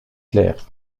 claire